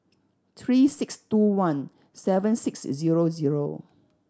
three six two one seven six zero zero